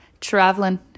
Traveling